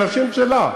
עם אנשים שלה,